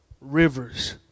rivers